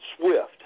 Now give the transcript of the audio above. Swift